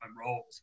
roles